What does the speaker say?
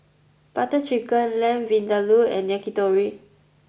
Butter Chicken Lamb Vindaloo and Yakitori